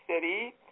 city